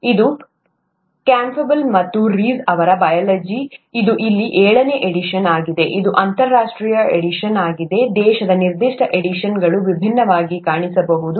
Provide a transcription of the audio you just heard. ಇದು ಕ್ಯಾಂಪ್ಬೆಲ್ ಮತ್ತು ರೀಸ್ ಅವರ "ಬಯಾಲಜಿ" ಇದು ಇಲ್ಲಿ ಏಳನೇ ಎಡಿಷನ್ ಆಗಿದೆ ಇದು ಅಂತರರಾಷ್ಟ್ರೀಯ ಎಡಿಷನ್ ಆಗಿದೆ ದೇಶದ ನಿರ್ದಿಷ್ಟ ಎಡಿಷನ್ಗಳು ವಿಭಿನ್ನವಾಗಿ ಕಾಣಿಸಬಹುದು